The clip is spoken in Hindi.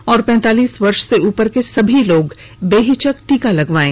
और पैंतालीस वर्ष से उपर के सभी लोग बेहिचक टीका लगवायें